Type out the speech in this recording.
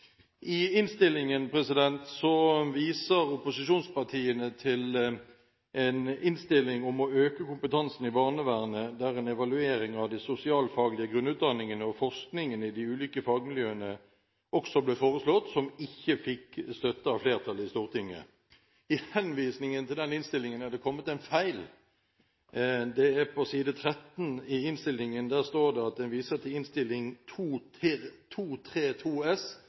I innstillingen viser opposisjonspartiene til en tidligere innstilling om å øke kompetansen i barnevernet, der en evaluering av de sosialfaglige grunnutdanningene og forskningen i de ulike fagmiljøene ble foreslått, som ikke fikk støtte av flertallet i Stortinget. I henvisningen til den innstillingen er det kommet en feil. Det er på side 13 i innstillingen, der står det at en viser til innstilling 232 S. Det skal være 323 S.